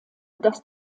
dass